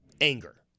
anger